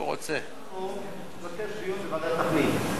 מבקש דיון בוועדת הפנים.